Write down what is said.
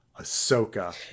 Ahsoka